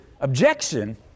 objection